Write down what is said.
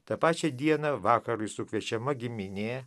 tą pačią dieną vakarui sukviečiama giminė